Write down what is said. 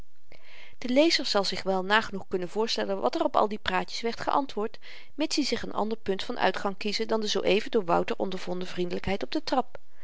de lezer zal zich wel nagenoeg kunnen voorstellen wat er op al die praatjes werd geantwoord mits i zich n ander punt van uitgang kieze dan de zoo-even door wouter ondervonden vriendelykheid op de trap